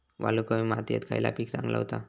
वालुकामय मातयेत खयला पीक चांगला होता?